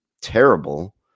terrible